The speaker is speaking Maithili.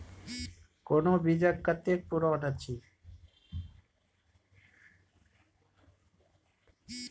कोनो बीज कतेक पुरान अछि?